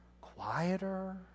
quieter